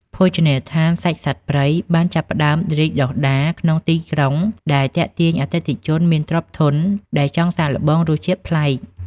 ភោជនីយដ្ឋានសាច់សត្វព្រៃបានចាប់ផ្តើមរីកដុះដាលក្នុងទីក្រុង ដែលទាក់ទាញអតិថិជនមានទ្រព្យធនដែលចង់សាកល្បងរសជាតិប្លែក។